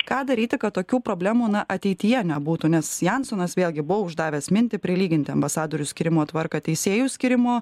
ką daryti kad tokių problemų na ateityje nebūtų nes jansonas vėlgi buvo uždavęs mintį prilyginti ambasadorių skyrimo tvarką teisėjų skyrimu